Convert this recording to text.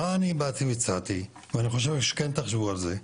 מה אני באתי והצעתי ואני חושב שכן תחשבו על זה,